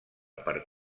per